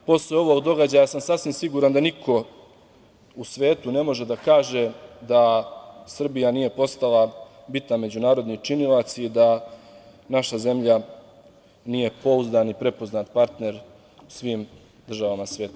Posle ovog događaja sam sasvim siguran da niko u svetu ne može da kaže da Srbija nije postala bitan međunarodni činilac i da naša zemlja nije pouzdan i prepoznat partner svim državama sveta.